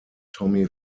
tommy